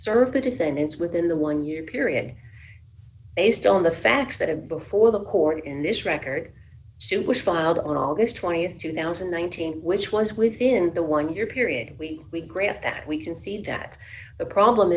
serve the descendants within the one year period based on the facts that have before the court and this record was filed on august th two thousand one hundred which was within the one year period we we grant that we can see that the problem